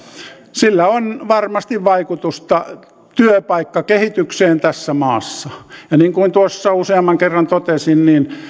sillä on varmasti vaikutusta työpaikkakehitykseen tässä maassa niin kuin useamman kerran totesin